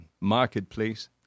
marketplace